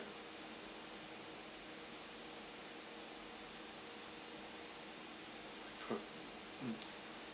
pro~ mm